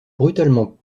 brutalement